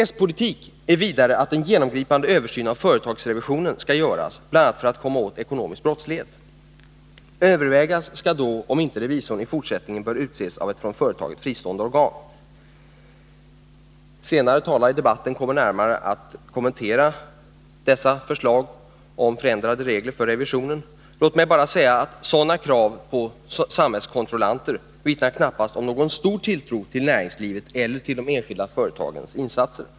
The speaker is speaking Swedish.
S-politik är vidare att en genomgripande översyn av företagsrevisionen skall göras, bl.a. för att komma åt ekonomisk brottslighet. Övervägas skall då om inte revisorn i fortsättningen bör utses av ett från företaget fristående organ. Senare talare i debatten kommer att närmare kommentera dessa förslag om förändrade regler för revisioner. Låt mig bara säga att sådana krav på samhällskontrollanter knappast vittnar om någon stor tilltro till näringslivet eller till de enskilda företagens insatser.